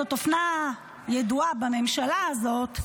זאת אופנה ידועה בממשלה הזאת,